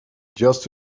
just